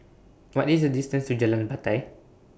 What IS The distance to Jalan Batai